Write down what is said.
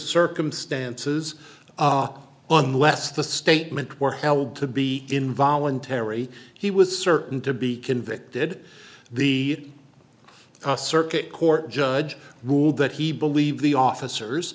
circumstances unless the statement were held to be involuntary he was certain to be convicted the cost circuit court judge ruled that he believed the officers